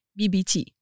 BBT